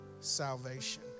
salvation